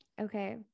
Okay